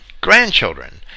grandchildren